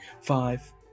Five